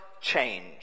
change